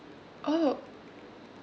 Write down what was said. oh